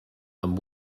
amb